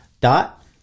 dot